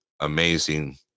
amazing